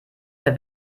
der